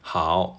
好